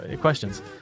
questions